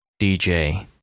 DJ